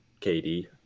KD